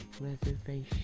reservation